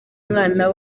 umwana